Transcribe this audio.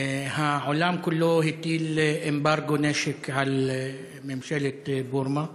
העולם כולו הטיל אמברגו נשק על ממשלת בורמה.